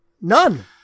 None